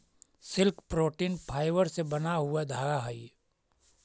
silk protein fibre से बना हुआ धागा हई